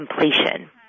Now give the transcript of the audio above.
completion